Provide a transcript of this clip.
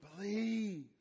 Believe